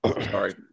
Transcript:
sorry